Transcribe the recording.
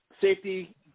Safety